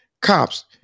cops